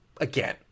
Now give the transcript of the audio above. again